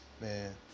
Man